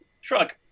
shrug